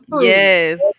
Yes